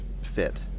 fit